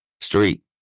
street